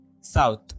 south